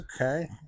Okay